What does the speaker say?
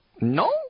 No